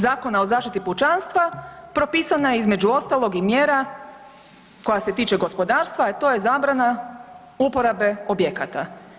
Zakona o zaštiti pučanstva propisana je između ostalog i mjera koja se tiče gospodarstva, a to je zabrana uporabe objekata.